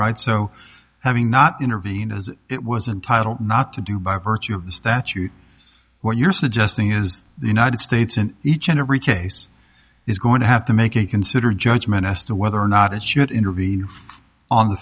right so having not intervene as it wasn't title not to do by virtue of the statute what you're suggesting is the united states in each and every case is going to have to make a considered judgment as to whether or not it should intervene on the